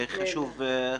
חשוב מאוד.